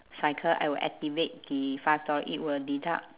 cycle I will activate the five dollar it will deduct